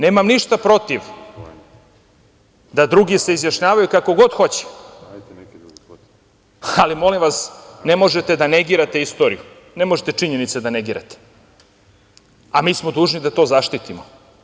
Nemam ništa protiv da drugi se izjašnjavaju kako god hoće, ali, molim vas, ne možete da negirate istoriju, ne možete činjenice da negirate, a mi smo dužni da to zaštitimo.